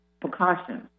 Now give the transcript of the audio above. precautions